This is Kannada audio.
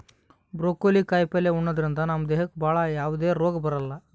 ಬ್ರೊಕೋಲಿ ಕಾಯಿಪಲ್ಯ ಉಣದ್ರಿಂದ ನಮ್ ದೇಹಕ್ಕ್ ಭಾಳ್ ಯಾವದೇ ರೋಗ್ ಬರಲ್ಲಾ